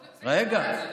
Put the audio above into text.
רגע,